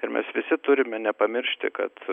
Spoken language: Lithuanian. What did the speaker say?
ir mes visi turime nepamiršti kad